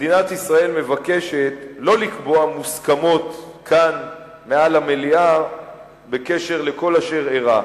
מדינת ישראל מבקשת לא לקבוע מוסכמות כאן במליאה בקשר לכל אשר אירע,